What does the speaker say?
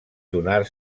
donar